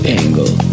angle